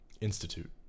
Institute